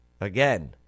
Again